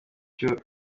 byo